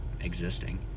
existing